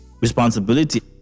responsibility